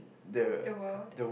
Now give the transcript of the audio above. the world